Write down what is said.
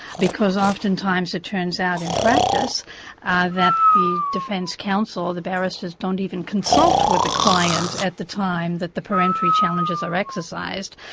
because oftentimes it turns out in practice ah that the defence counsel, or the barristers, don't even consult with the client at the time that the peremptory challenges are exercised,